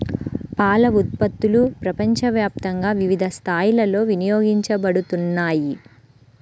పాల ఉత్పత్తులు ప్రపంచవ్యాప్తంగా వివిధ స్థాయిలలో వినియోగించబడుతున్నాయి